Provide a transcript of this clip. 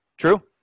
true